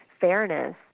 fairness